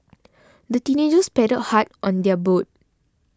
the teenagers paddled hard on their boat